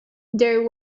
there